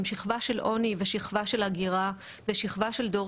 הם שיכבה של עוני ושכיבה של הגירה ושיכבה של דור